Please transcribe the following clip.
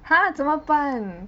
!huh! 怎么办